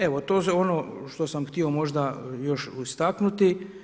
Evo to je ono što sam htio možda još istaknuti.